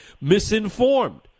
misinformed